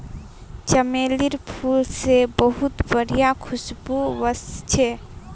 चमेलीर फूल से बहुत बढ़िया खुशबू वशछे